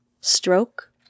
Stroke